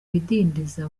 bidindiza